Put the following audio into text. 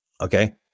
Okay